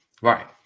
Right